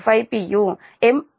45 p